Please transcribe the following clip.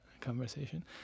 conversation